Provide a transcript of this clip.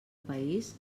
país